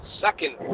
second